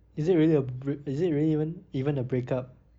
is it really a bre~ is it really even even a break up